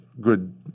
good